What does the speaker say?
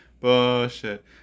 bullshit